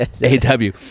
A-W